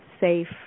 safe